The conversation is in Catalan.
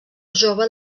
jove